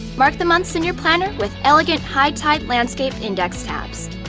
mark the months in your planner with elegant hightide landscape index tabs.